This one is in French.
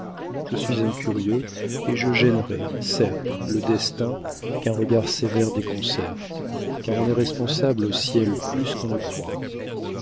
je suis un curieux et je gênerai certe le destin qu'un regard sévère déconcerte car on est responsable au ciel plus qu'on ne croit